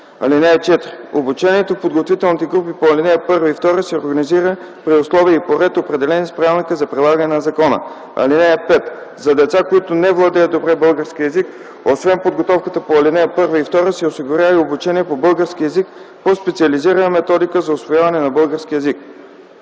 такси. (4) Обучението в подготвителните групи по ал. 1 и 2 се организира при условия и по ред, определени с правилника за прилагане на закона. (5) За деца, които не владеят добре български език, освен подготовката по ал. 1 и 2 се осигурява и обучение по български език по специализирана методика за усвояване на български език.”